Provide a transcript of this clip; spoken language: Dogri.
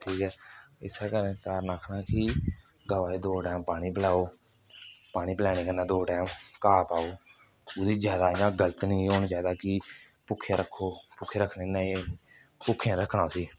ठीक ऐ इस्सै कारण तां में आखना कि गवा दा दो टैम पानी पलाओ पानी पलाने कन्नै दो टैम घाह् पाओ ओह्दी ज्यादा इ'यां गल्त नेईं होनी चाहिदी कि भुक्खे रक्खो भुक्खो रक्खने कन्नै एह् भुक्खे नेईं रक्खना उसी